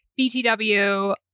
BTW